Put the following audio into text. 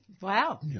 Wow